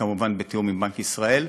כמובן בתיאום עם בנק ישראל.